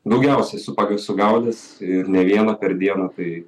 daugiausiai su pa esu sugaudęs ir ne vieną per dieną tai